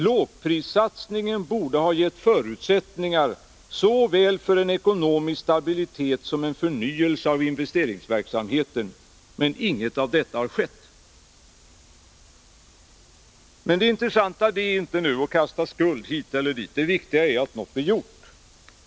Lågprissatsningen borde ha gett förutsättningar såväl för en ekonomisk stabilitet som för en förnyelse av investeringsverksamheten. Men ingenting av detta har skett. Men det intressanta är nu inte att kasta skulden hit eller dit. Det viktiga är att något blir gjort.